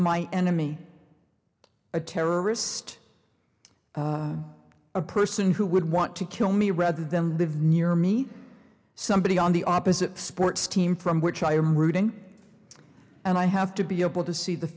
my enemy a terrorist a person who would want to kill me rather than live near me somebody on the opposite sports team from which i am rooting and i have to be able to see the